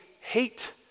hate